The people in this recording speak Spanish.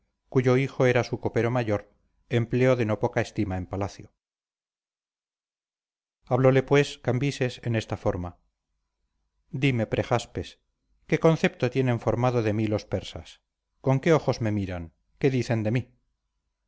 cuyo hijo era su copero mayor empleo de no poca estima en palacio hablóle pues cambises en esta forma dime prejaspes qué concepto tienen formado de mí los persas con qué ojos me miran qué dicen de mí